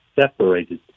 separated